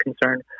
concerned